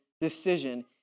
decision